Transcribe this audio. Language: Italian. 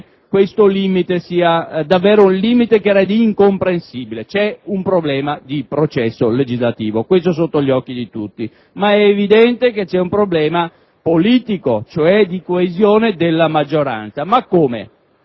questo sia davvero un limite che rende incomprensibile. Esiste un problema di processo legislativo, questo è sotto gli occhi di tutti, ma è evidente che esiste anche un problema politico, cioè di coesione della maggioranza. La